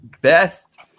Best